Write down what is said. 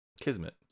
Kismet